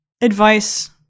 advice